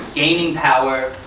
gaining power,